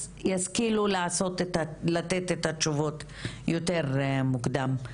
אז ישכילו לתת את התשובות יותר מוקדם.